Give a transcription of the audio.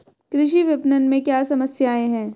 कृषि विपणन में क्या समस्याएँ हैं?